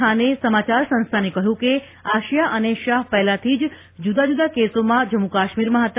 ખાને સમાચાર સંસ્થાને કહ્યું હતું કે આસિયા અને શાહ પહેલાથી જુદાજુદા કેસોમાં જમ્મુકાશ્મિરમાં હતા